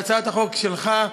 והצעת החוק שלך,